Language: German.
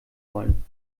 wollen